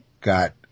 got